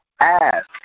ask